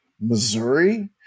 Missouri